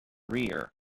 rear